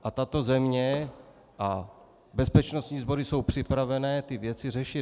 A tato země a bezpečnostní sbory jsou připravené ty věci řešit.